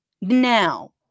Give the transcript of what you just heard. Now